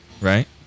right